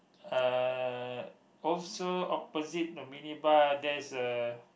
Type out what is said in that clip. uh also opposite the mini mart there's a